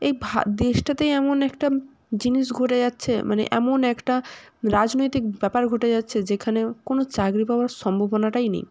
এই ভা দেশটাতেই এমন একটা জিনিস ঘুরে যাচ্ছে মানে এমন একটা রাজনৈতিক ব্যাপার ঘটে যাচ্ছে যেখানে কোনো চাকরি পাওয়ার সম্ভাবনাটাই নেই